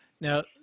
Now